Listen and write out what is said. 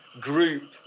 group